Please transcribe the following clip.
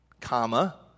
comma